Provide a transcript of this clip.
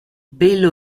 pelo